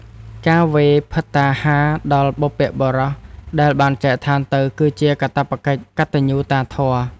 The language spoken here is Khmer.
ការវេរភត្តាហារដល់បុព្វបុរសដែលបានចែកឋានទៅ គឺជាកាតព្វកិច្ចកតញ្ញូតាធម៌។